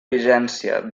vigència